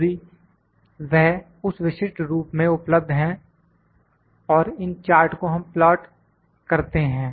यदि वह उस विशिष्ट रूप में उपलब्ध है और इन चार्ट को हम प्लाट करते हैं